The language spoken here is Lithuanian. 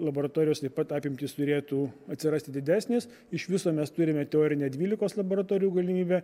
laboratorijos taip pat apimtys turėtų atsirasti didesnės iš viso mes turime teorinę dvylikos laboratorijų galimybę